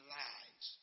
lives